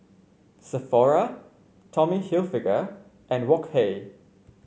Sephora Tommy Hilfiger and Wok Hey